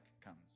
comes